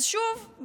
אז שוב,